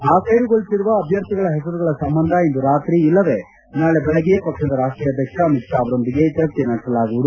ಆಬ್ಲೆರುಗೊಳಿಸಿರುವ ಅಭ್ಯರ್ಥಿಗಳ ಹೆಸರುಗಳ ಸಂಬಂಧ ಇಂದು ರಾತ್ರಿ ಇಲ್ಲವೆ ನಾಳೆ ಬೆಳಿಗ್ಗೆ ಪಕ್ಷದ ರಾಷ್ಷೀಯ ಅಧ್ಯಕ್ಷ ಅಮಿತ್ ಷಾ ಅವರೊಂದಿಗೆ ಚರ್ಚೆ ನಡೆಸಲಾಗುವುದು